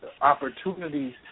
opportunities